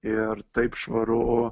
ir taip švaru